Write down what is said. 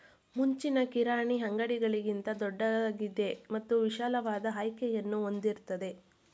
ಮುಂಚಿನ ಕಿರಾಣಿ ಅಂಗಡಿಗಳಿಗಿಂತ ದೊಡ್ದಾಗಿದೆ ಮತ್ತು ವಿಶಾಲವಾದ ಆಯ್ಕೆಯನ್ನು ಹೊಂದಿರ್ತದೆ